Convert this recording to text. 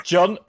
John